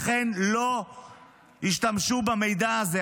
לכן לא השתמשו במידע הזה.